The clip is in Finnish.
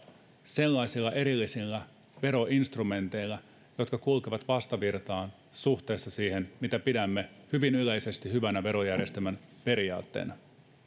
sellaisilla erillisillä veroinstrumenteilla jotka kulkevat vastavirtaan suhteessa siihen mitä pidämme hyvin yleisesti hyvän verojärjestelmän periaatteina